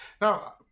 Now